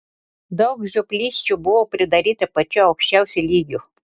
daug žioplysčių buvo pridaryta pačiu aukščiausiu lygiu